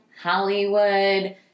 Hollywood